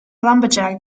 lumberjack